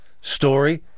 story